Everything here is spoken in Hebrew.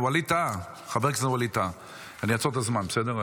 אני אעצור את הזמן, בסדר?